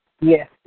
yes